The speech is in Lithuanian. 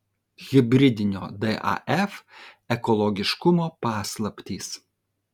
hibridinio daf ekologiškumo paslaptys